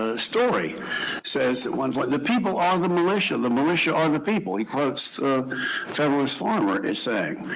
ah story says at one point, the people are the militia. the militia are the people. he quotes federalist farmer as saying.